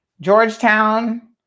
Georgetown